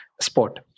sport